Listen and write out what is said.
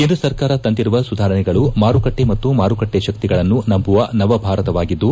ಕೇಂದ್ರ ಸರ್ಕಾರ ತಂದಿರುವ ಸುಧಾರಣೆಗಳು ಮಾರುಕಟ್ಟೆ ಮತ್ತು ಮಾರುಕಟ್ಟೆ ಶಕ್ತಿಗಳನ್ನು ನಂಬುವ ನವಭಾರತವಾಗಿದ್ದು